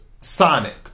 Sonic